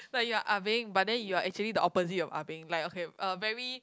like you are ah beng but then you are actually the opposite of ah beng like okay uh very